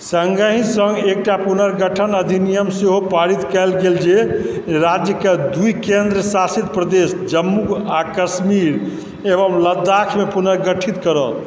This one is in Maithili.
सङ्गहि सङ्ग एकटा पुनर्गठन अधिनियम सेहो पारित कयल गेल जे राज्यकेँ दुइ केन्द्र शासित प्रदेश जम्मू आ कश्मीर एवं लद्दाखमे पुनर्गठित करत